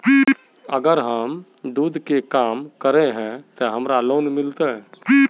अगर हम दूध के काम करे है ते हमरा लोन मिलते?